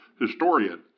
historian